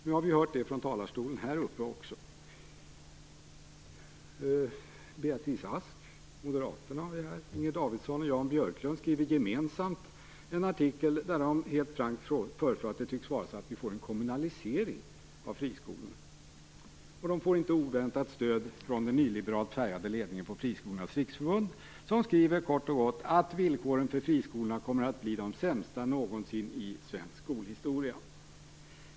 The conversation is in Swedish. Vi har också hört detta från talarstolen här. Jan Björklund skriver gemensamt en artikel där de helt frankt påstår att det tycks vara så att vi får en kommunalisering av friskolorna. De får inte oväntat stöd från den nyliberalt färgade ledningen på Friskolornas riksförbund, som kort och gott skriver "att villkoren för friskolorna kommer att bli de sämsta någonsin i svensk skolhistoria".